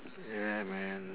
yeah man